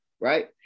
right